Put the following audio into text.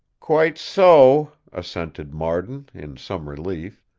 quite so! assented marden, in some relief.